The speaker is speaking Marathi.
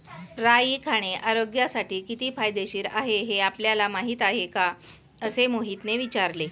राई खाणे आरोग्यासाठी किती फायदेशीर आहे हे आपल्याला माहिती आहे का? असे मोहितने विचारले